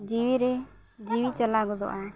ᱡᱤᱣᱤ ᱨᱮ ᱡᱤᱣᱤ ᱪᱟᱞᱟᱣ ᱜᱚᱫᱚᱜᱼᱟ